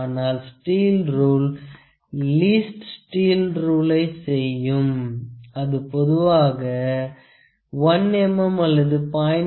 ஆனால் steel rule least steel ரூளை செய்யும் அது பொதுவாக 1 mm அல்லது 0